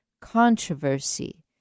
controversy